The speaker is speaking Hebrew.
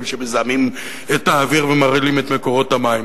שמזהמים את האוויר ומרעילים את מקורות המים,